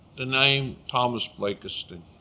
the name thomas blakiston,